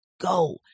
go